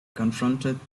confronted